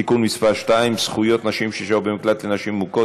(תיקון מס' 2) (זכויות נשים ששהו במקלט לנשים מוכות),